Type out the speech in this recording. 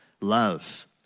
Love